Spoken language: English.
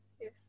Yes